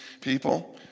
people